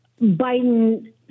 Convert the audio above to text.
Biden